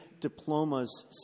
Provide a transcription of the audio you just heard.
diplomas